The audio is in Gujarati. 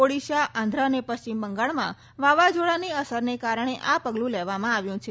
ઓડીશા આંધ્ર અને પશ્ચિમ બંગાળમાં વાવાઝોડાની અસરના કારણે આ પગલું લેવામાં આવ્યું છે